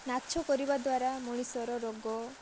ନାଚ କରିବା ଦ୍ଵାରା ମଣିଷର ରୋଗ